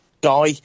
die